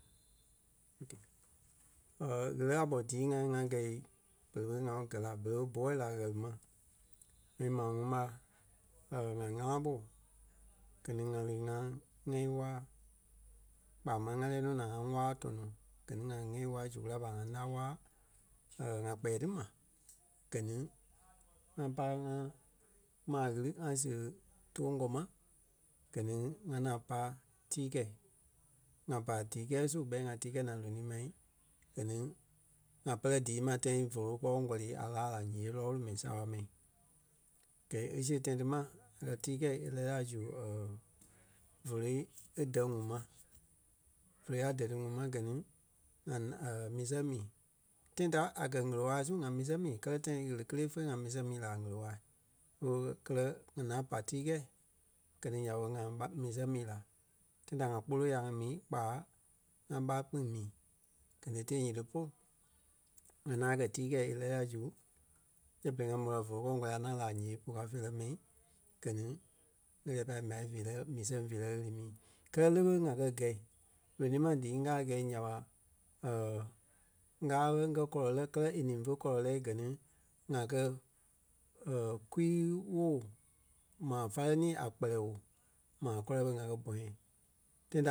Ɣele a ɓɔ dii ŋa ŋá gɛ̂i berei ɓe ŋa gɛ̀ la berei ɓe búɔɔ la ɣiri ma. And maa ŋuŋ ɓa ŋa ŋá ɓo gɛ ni ŋa lí ŋaa ŋ́ɛi waa kpaa máŋ ŋa lɛ́ɛ nɔ naa ŋa waa tɔnɔ gɛ ni ŋa ŋ́ɛi waa zu kulâi ɓa ŋa ńa waa ŋa kpɛɛ ti ma gɛ ni ŋa pai ŋa maa ɣiri ŋa seɣe too ńgɔŋ ma gɛ ni ŋa ŋaŋ pai tíi kɛ̂i. ŋa pai díi kɛɛ su ɓɛi ŋa tii kɛ̂i naa lonii ma gɛ ni ŋa pere dii ma tãi voloi kpɔŋ kɔli a laa la ǹyee lɔɔlu mɛi saaɓa mɛi. Gɛɛ e siɣe tãi ti ma ŋa kɛ́ tíi kɛ̂i e lɛ́ɛ la zu vóloi e dɛ́ ŋuŋ ma. Vóloi a dɛ ti ŋuŋ ma gɛ ni ŋa mii sɛŋ mii. Tãi ta a kɛ̀ ɣele waa su ŋa mii sɛŋ mii kɛlɛ tãi ɣele kelee fé ŋa mii sɛŋ mii la a ɣèle-waa. So kɛlɛ ŋa ŋaŋ pai tíi kɛ̂i, gɛ ni nya ɓé ŋa pa mii sɛŋ mii la. Tãi da ŋa kpólo ya ŋa mii kpaa ŋa ɓa kpîŋ mii. Gɛ ni e tee nyiŋi polu, ŋa ŋaŋ kɛ tii kɛ̂i e lɛ́ɛ la zu yɛ berei ŋa môi la voloi kɔɔŋ kpala ŋa lí a ǹyee buu kao feerɛ mɛi gɛ ni e lɛ́ɛ pai m̀á veerɛ mii sɛŋ feerɛ ɣili mi kɛlɛ le ɓé ŋá kɛ̀ gɛ̂i. Lonii maa dii ŋgaa gɛi nya ɓa ŋgaa bɛ ŋgɛ kɔlɔ lɛ́ kɛlɛ e ní fé kɔlɔ lɛ́i gɛ ni ŋa kɛ kwii-woo maa fálenii a kpɛlɛɛ woo. Maa kɔlɔ ɓe ŋa kɛ bɔ̃yɛɛ. Tãi ta